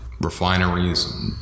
refineries